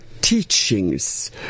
teachings